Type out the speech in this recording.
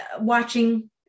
watching